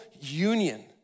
union